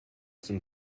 zum